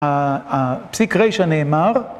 הפסיק ר' הנאמר